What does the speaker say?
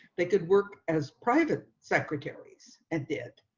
they could work as private secretaries and did,